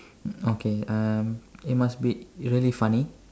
okay uh it must be really funny